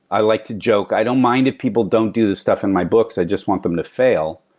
i like to joke, i don't mind if people don't do this stuff in my books. i just want them to fail.